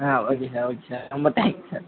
ஆ okay sir okay sir ரொம்ப thanks sir